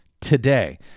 today